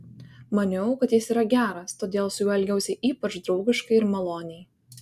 maniau kad jis yra geras todėl su juo elgiausi ypač draugiškai ir maloniai